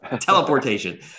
teleportation